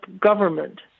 government